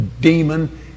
demon